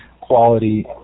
quality